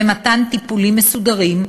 במתן טיפולים מסודרים,